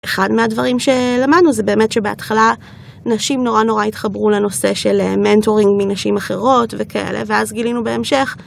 אחד מהדברים שלמדנו זה באמת שבהתחלה נשים נורא נורא התחברו לנושא של מנטורינג מנשים אחרות וכאלה ואז גילינו בהמשך.